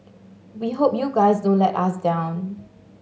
we hope you guys don't let us down